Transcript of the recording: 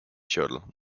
shuttle